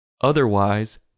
Otherwise